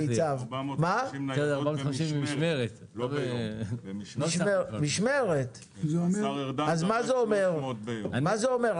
במשמרת, אז מה זה אומר?